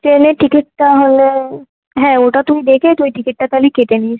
ট্রেনের টিকিটটা হলে হ্যাঁ ওটা তুই দেখে তুই টিকিটটা তাহলে কেটে নিস